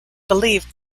believed